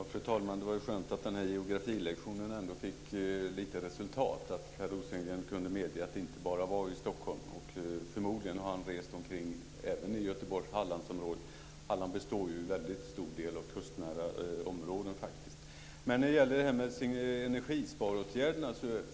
Fru talman! Det var skönt att geografilektionen ändå fick resultat. Per Rosengren kunde medge att problemen finns inte bara i Stockholm. Förmodligen har han rest omkring även i Göteborgs och Hallandsområdet. Halland består till stor del av kustnära områden. Sedan är det frågan om energisparåtgärderna.